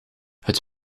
het